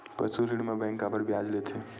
पशु ऋण म बैंक काबर ब्याज लेथे?